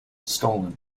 stolen